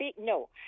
No